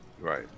Right